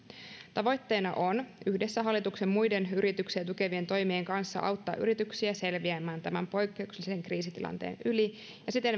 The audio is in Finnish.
tavoitteena on yhdessä hallituksen muiden yrityksiä tukevien toimien kanssa auttaa yrityksiä selviämään tämän poikkeuksellisen kriisitilanteen yli ja siten